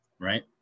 right